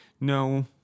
No